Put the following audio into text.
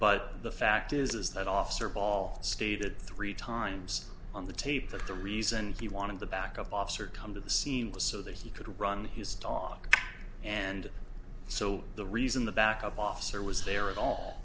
but the fact is is that officer paul stated three times on the tape that the reason he wanted the backup officer come to the scene was so that he could run his talk and so the reason the backup officer was there at all